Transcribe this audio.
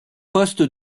poste